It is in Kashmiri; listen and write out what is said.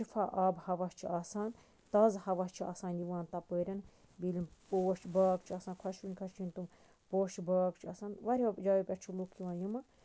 شِفا آب ہوا چھُ آسان تازٕ ہوا چھُ آسان یِوان تَپٲرۍ بیٚیہِ ییٚلہِ پوش باغ چھِ آسان خۄشوٕنۍ خۄشوٕنۍ تِم پوشہٕ باغ چھِ آسان واریاہو جایو پٮ۪ٹھ چھِ لُکھ یِوان یِمہٕ